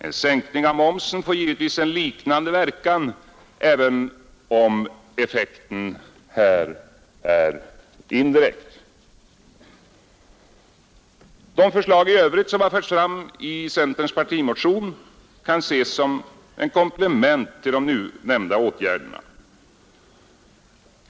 En sänkning av momsen får givetvis en liknande verkan, även om effekten här är indirekt. De förslag i övrigt som har förts fram i centerns partimotion kan ses som komplement till de nu nämnda åtgärderna.